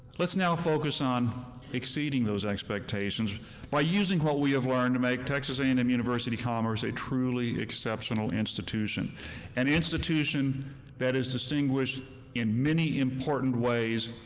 let's now focus on exceeding those expectations by using what we have learned to make texas a and m university-commerce a truly exceptional institution an institution that is distinguished in many important important ways,